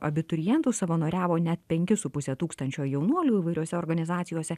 abiturientų savanoriavo net penki su puse tūkstančio jaunuolių įvairiose organizacijose